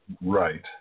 Right